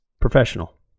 Professional